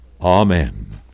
Amen